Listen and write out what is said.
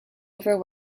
over